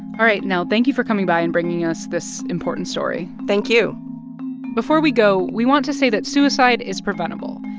all right, nell. thank you for coming by and bringing us this important story thank you before we go, we want to say that suicide is preventable.